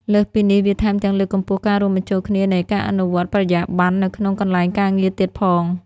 លើសពីនេះ វាថែមទាំងលើកកម្ពស់ការរួមបញ្ចូលគ្នានៃការអនុវត្តន៍បរិយាប័ន្ននៅក្នុងកន្លែងការងារទៀតផង។